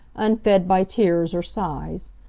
unfed by tears or sighs.